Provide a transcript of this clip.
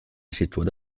situada